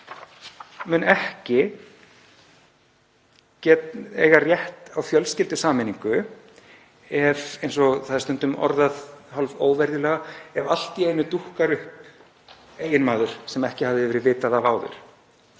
mun ekki eiga rétt á fjölskyldusameiningu ef, eins og það er stundum orðað hálfóvirðulega, allt í einu dúkkar upp eiginmaður sem ekki hafði verið vitað af áður.